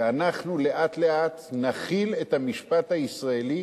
ואנחנו לאט-לאט נחיל את המשפט הישראלי